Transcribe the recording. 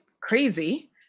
crazy